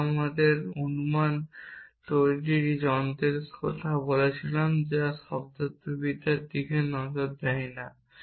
তারপর আমরা অনুমান তৈরির এই যন্ত্রের কথা বলেছিলাম যা শব্দার্থবিদ্যার দিকে নজর দেয় না